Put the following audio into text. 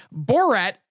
Borat